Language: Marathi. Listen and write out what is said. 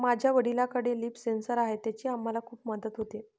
माझ्या वडिलांकडे लिफ सेन्सर आहे त्याची आम्हाला खूप मदत होते